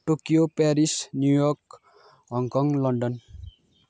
Tokyo Paris New York Hong Kong London